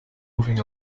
moving